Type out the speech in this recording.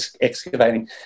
excavating